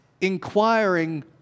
Inquiring